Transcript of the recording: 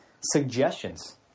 suggestions